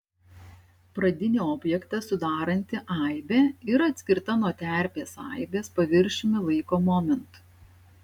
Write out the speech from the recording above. pradinį objektą sudaranti aibė yra atskirta nuo terpės aibės paviršiumi laiko momentu